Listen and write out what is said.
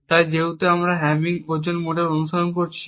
তাই যেহেতু আমরা হ্যামিং ওজন মডেল অনুসরণ করছি